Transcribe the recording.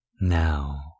Now